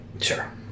Sure